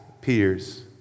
peers